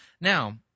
Now